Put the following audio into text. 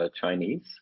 Chinese